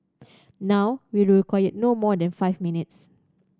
now we require no more than five minutes